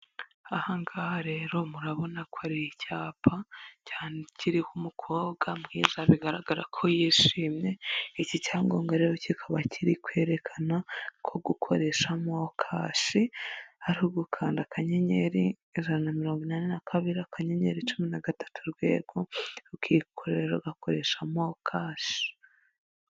Aha ngaha rero murabona ko ari icyapa, kiriho umukobwa mwiza, bigaragara ko yishimye, iki cyangombwa rero, kikaba kiri kwerekana ko, gukoresha mokashi ari ugukanda akanyenyeri, ijana na mirongo inani na kabiri, akanyenyeri, cumi na gatatu, urwego, ugakoresha mokashi.